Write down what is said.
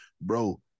bro